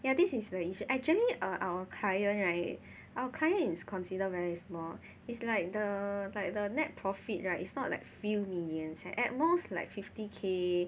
yeah this is the issue actually err our client right our client is consider whether it's more it's like the like the net profit right it's not like few million eh it's like at most like fifty K